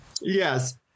yes